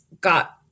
got